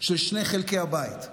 של שני חלקי הבית.